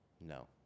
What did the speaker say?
No